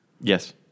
Yes